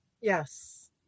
yes